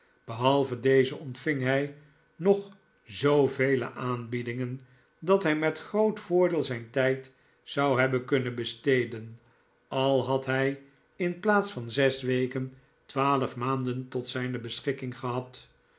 behalve deze ontving hij nog zoovele aanbiedingen dat hij met groot voordeel zijn tijd zou hebben kunnen besteden al had hij in plaats van zes weken twaalf maanden tot zijne beschikking gehad